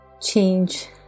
change